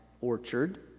orchard